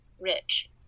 rich